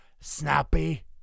Snappy